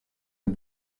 and